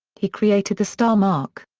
he created the star mark.